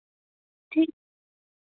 ठीक